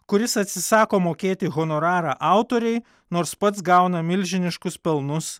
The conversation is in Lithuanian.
kuris atsisako mokėti honorarą autorei nors pats gauna milžiniškus pelnus